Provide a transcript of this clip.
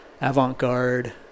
avant-garde